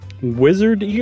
Wizard